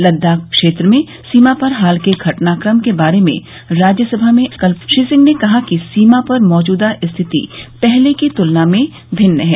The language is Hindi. लद्दाख क्षेत्र में सीमा पर हाल के घटनाक्रम के बारे में राज्यसभा में कल श्री सिंह ने कहा कि सीमा पर मौजूदा स्थिति पहले की तूलना में भिन्न है